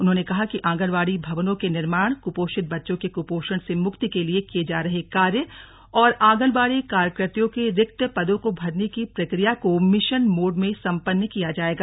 उन्होंने कहा कि आंगनबाड़ी भवनों के निर्माण कुपोषित बच्चों के कुपोषण से मुक्ति के लिए किये जा रहे कार्य और आंगनबाड़ी कार्यकत्रियों के रिक्त पदों को भरने की प्रक्रिया को मिशन मोड में सम्पन्न किया जाएगा